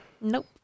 nope